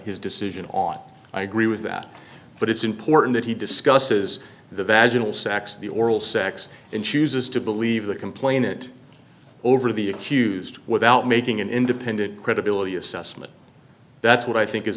his decision on i agree with that but it's important that he discusses the vagal sex the oral sex and chooses to believe the complainant over the accused without making an independent credibility assessment that's what i think is